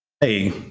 hey